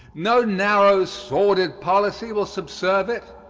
no narrow, sordid policy will subserve it.